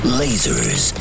lasers